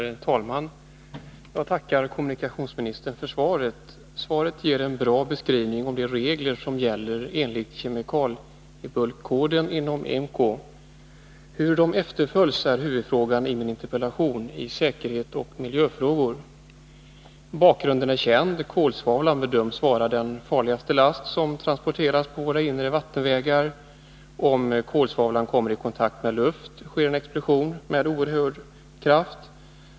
Herr talman! Jag tackar kommunikationsministern för svaret. Det ger en god beskrivning av de regler som gäller enligt kemikaliebulkkoden som är utarbetad inom IMCO. Hur reglerna efterföljs är huvudfrågan i min interpellation om säkerhetsoch miljöåtgärder. Bakgrunden är känd. Kolsvavlan bedöms vara den farligaste last som transporteras på våra inre vattenvägar. Om kolsvavlan kommer i kontakt med luft, sker en explosion med oerhörd kraft.